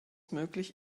möglich